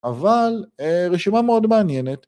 ‫אבל רשימה מאוד מעניינת.